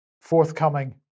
forthcoming